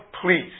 please